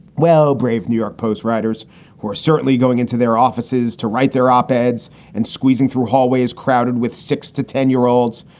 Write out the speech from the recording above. well, brave new york post writers who are certainly going into their offices to write their op eds and squeezing through hallways crowded with six to ten year olds.